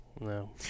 no